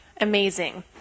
amazing